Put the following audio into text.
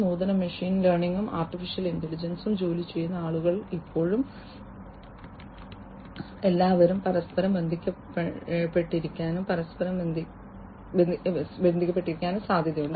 നൂതന മെഷീൻ ലേണിംഗിലും ആർട്ടിഫിഷ്യൽ ഇന്റലിജൻസിലും ജോലി ചെയ്യുന്ന ആളുകൾക്ക് ഇപ്പോൾ എല്ലാവരും പരസ്പരം ബന്ധപ്പെട്ടിരിക്കാനും പരസ്പരം ബന്ധപ്പെട്ടിരിക്കാനും സാധ്യതയുണ്ട്